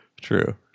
true